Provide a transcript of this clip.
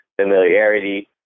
familiarity